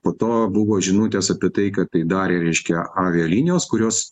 po to buvo žinutės apie tai kad tai darė reiškia avialinijos kurios